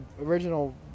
original